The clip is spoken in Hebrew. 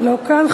לא כאן.